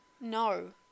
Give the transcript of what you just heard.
No